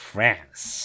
France